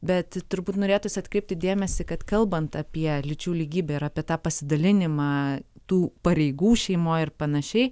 bet turbūt norėtųsi atkreipti dėmesį kad kalbant apie lyčių lygybę ir apie tą pasidalinimą tų pareigų šeimoj ir panašiai